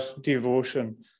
devotion